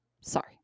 sorry